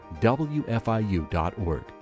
WFIU.org